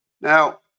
Now